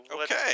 Okay